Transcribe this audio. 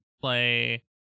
play